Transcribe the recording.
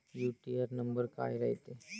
UTR number काय रायते?